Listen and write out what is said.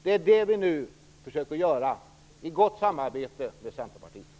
Det är vad vi nu försöker göra, i gott samarbete med Centerpartiet.